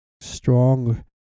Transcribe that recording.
strong